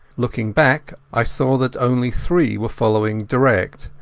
looking back i saw that only three were following direct,